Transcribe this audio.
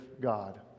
God